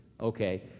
Okay